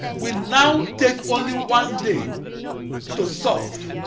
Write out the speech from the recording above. will now take only one day to solve.